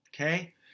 Okay